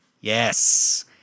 Yes